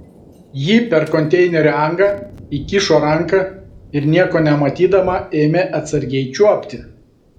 ji per konteinerio angą įkišo ranką ir nieko nematydama ėmė atsargiai čiuopti